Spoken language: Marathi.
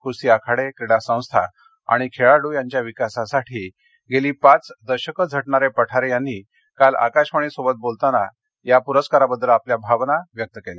कुस्ती आखाडे क्रीडा संस्था आणि खेळाड् यांच्या विकासासाठी गेली पाच दशकं झटणारे पठारे यांनी काल आकाशवाणीसोबत बोलताना पुरस्काराबद्दल आपल्या भावना व्यक्त केल्या